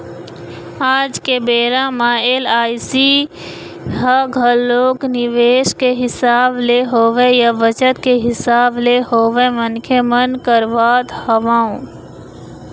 आज के बेरा म एल.आई.सी ह घलोक निवेस के हिसाब ले होवय या बचत के हिसाब ले होवय मनखे मन करवात हवँय